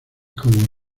como